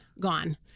gone